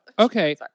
Okay